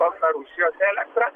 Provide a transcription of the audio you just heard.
baltarusijos elektrą